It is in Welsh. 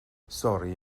sori